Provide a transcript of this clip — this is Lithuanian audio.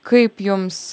kaip jums